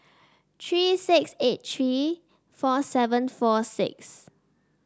three six eight three four seven four six